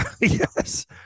Yes